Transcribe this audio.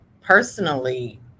personally